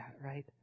right